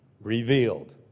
revealed